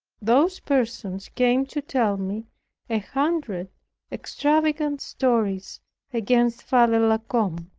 those persons came to tell me a hundred extravagant stories against father la combe.